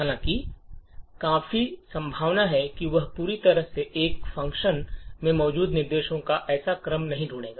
हालांकि काफी संभावना है कि वह पूरी तरह से एक फ़ंक्शन में मौजूद निर्देशों का ऐसा क्रम नहीं ढूंढेगा